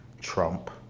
Trump